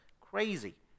crazy